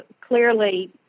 clearly